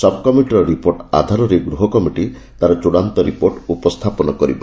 ସବ୍କମିଟିର report ଆଧାରରେ ଗୃହକମିଟି ତା'ର ଚ୍ଡାନ୍ତ ରିପୋର୍ଟ ଉପସ୍ଥାପନ କରିବ